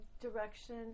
direction